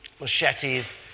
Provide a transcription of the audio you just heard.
machetes